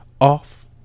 Off